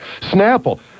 Snapple